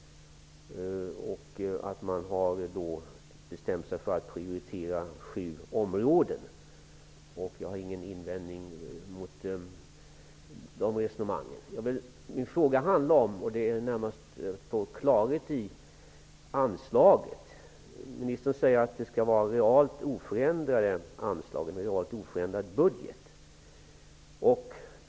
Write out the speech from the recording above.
Han sade att man har bestämt sig för att prioritera sju områden. Jag har ingen invändning att göra mot ett sådant resonemang. Min fråga syftade närmast till att vinna klarhet om anslaget. Ministern säger att det skall vara realt oförändrade anslag, en realt oförändrad budget.